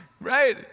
Right